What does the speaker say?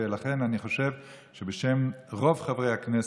ולכן אני חושב שבשם רוב חברי הכנסת,